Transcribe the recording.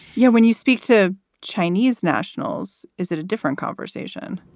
yeah when you speak to chinese nationals, is it a different conversation?